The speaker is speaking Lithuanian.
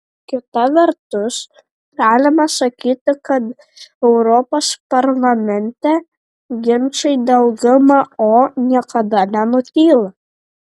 kita vertus galima sakyti kad europos parlamente ginčai dėl gmo niekada nenutyla